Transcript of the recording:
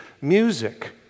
Music